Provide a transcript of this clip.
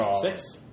six